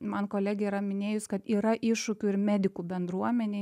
man kolegė yra minėjus kad yra iššūkių ir medikų bendruomenėj